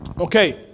Okay